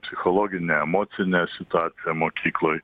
psichologine emocine situacija mokykloj